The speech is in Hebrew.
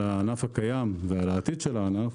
על הענף הקיים ועל העתיד שלנו,